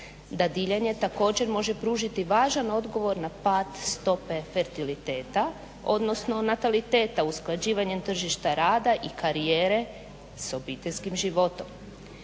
dadiljanje također može pružiti važan odgovor na pad stope fertiliteta, odnosno nataliteta usklađivanjem tržišta rada i karijere s obiteljskim životom.